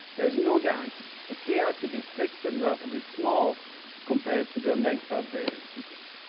there's no guarantee. so, key has to be fixed and relatively small compared to the length of the sequence.